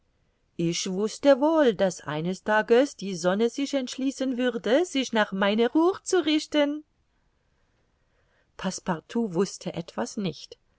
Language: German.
ich wußte wohl daß eines tages die sonne sich entschließen würde sich nach meiner uhr zu richten passepartout wußte etwas nicht